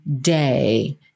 day